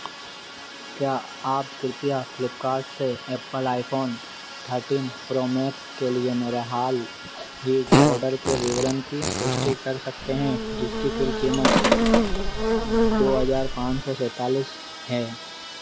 क्या आप कृपया फ्लिपकार्ट से Apple iPhone thirteen Pro Max के लिए मेरा हालही के ऑर्डर के विवरण की पुष्टि कर सकते हैं जिसकी कुल कीमत दो हज़ार पाँच सौ सैंतालिस है